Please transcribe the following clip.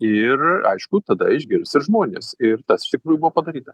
ir aišku tada išgirs ir žmonės ir tas iš tikrųjų buvo padaryta